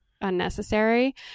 unnecessary